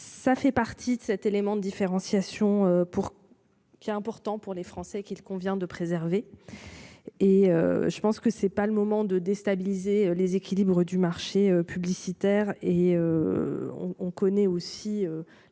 Ça fait partie de cet élément de différenciation pour. Qu'il est important pour les Français qu'il convient de préserver. Et je pense que c'est pas le moment de déstabiliser les équilibres du marché publicitaire et. On, on connaît aussi